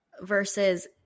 versus –